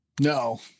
No